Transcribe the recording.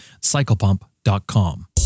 CyclePump.com